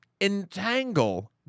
entangle